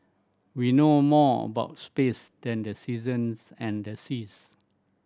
we know more about space than the seasons and the seas